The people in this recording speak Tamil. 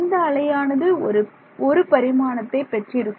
இந்த அலையானது ஒரு பரிமாணத்தை பெற்றிருக்கும்